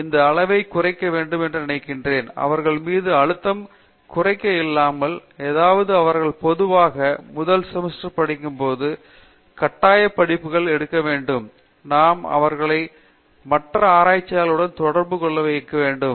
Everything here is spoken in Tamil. எனவே இந்த அளவை குறைக்க வேண்டும் என்று நினைக்கிறேன் அவர்கள் மீது அழுத்தம் குறைக்க இல்லாமல் அதாவது அவர்கள் பொதுவாக முதல் செமஸ்டர் படிக்கும்போது கட்டாய படிப்புகள் எடுக்க வேண்டும் நாம் அவர்களை மற்ற ஆராய்ச்சியாளர்களுடன் தொடர்பு கொள்ள அனுமதிக்க வேண்டும்